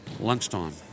Lunchtime